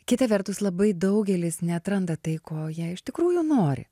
kita vertus labai daugelis neatranda tai ko jie iš tikrųjų nori